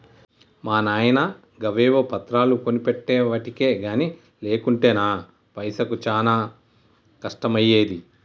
మా నాయిన గవేవో పత్రాలు కొనిపెట్టెవటికె గని లేకుంటెనా పైసకు చానా కష్టమయ్యేది